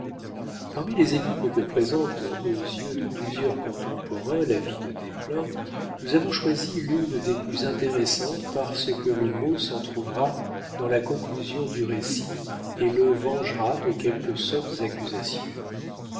parmi les énigmes que présente aux yeux de plusieurs contemporains la vie de desplein nous avons choisi l'une des plus intéressantes parce que le mot s'en trouvera dans la conclusion du récit et le vengera de quelques sottes accusations